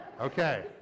Okay